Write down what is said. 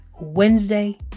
Wednesday